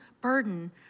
burden